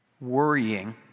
Worrying